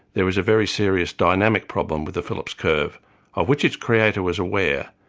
there was a very serious dynamic problem with the phillips curve, of which its creator was aware,